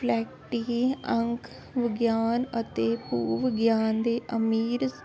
ਫਲੈਕਟੀ ਅੰਕ ਵਿਗਆਨ ਅਤੇ ਭੂਵਿਗਿਆਨ ਦੇ ਅਮੀਰ